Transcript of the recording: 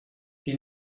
die